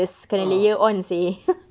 ah